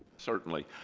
certainly.